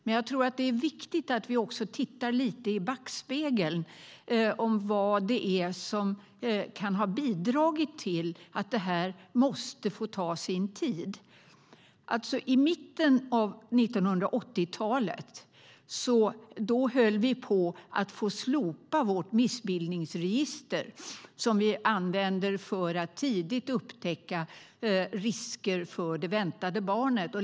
Men jag tror att det är viktigt att vi också tittar lite i backspegeln på vad det är som kan ha bidragit till att det här måste få ta sin tid. I mitten av 1980-talet höll vi på att få slopa vårt missbildningsregister som används för att tidigt upptäcka risker för det väntade barnet.